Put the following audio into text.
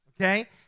okay